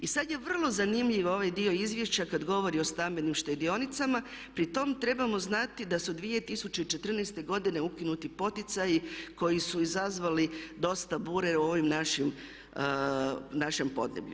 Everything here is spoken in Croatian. I sada je vrlo zanimljiv ovaj dio izvješća kada govori o stambenim štedionicama, pri tome trebamo znati da su 2014. godine ukinuti poticaji koji su izazvali dosta bure u ovom našem podneblju.